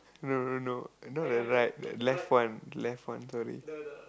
no no no no not that right the left one left one sorry